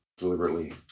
deliberately